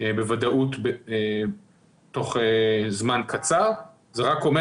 בוודאות בתוך זמן קצר, זה רק אומר